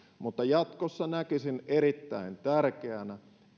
mutta jatkossa näkisin erittäin tärkeänä